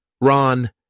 Ron